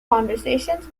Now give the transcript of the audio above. conversations